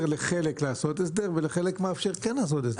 לחלק לעשות הסדר ולחלק מאפשר כן לעשות הסדר?